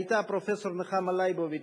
היתה פרופסור נחמה ליבוביץ,